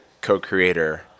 co-creator